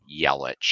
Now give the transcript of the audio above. yelich